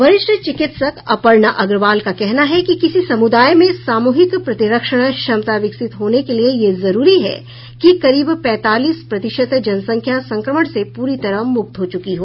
वरिष्ठ चिकित्सक अपर्णा अग्रवाल का कहना है कि किसी समुदाय में सामुहिक प्रतिरक्षण क्षमता विकसित होने के लिए यह जरूरी है कि करीब पैंतालीस प्रतिशत जनसंख्या संक्रमण से पूरी तरह मुक्त हो चुकी हो